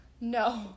No